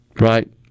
right